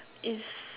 is